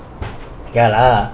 ya lah